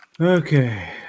Okay